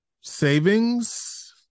savings